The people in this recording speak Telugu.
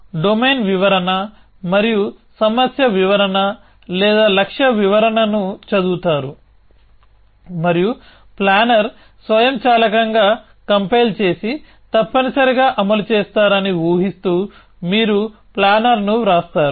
మీరు డొమైన్ వివరణ మరియు సమస్య వివరణ లేదా లక్ష్య వివరణను చదువుతారు మరియు ప్లానర్ స్వయంచాలకంగా కంపైల్ చేసి తప్పనిసరిగా అమలు చేస్తారని ఊహిస్తూ మీరు ప్లానర్ను వ్రాస్తారు